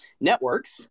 networks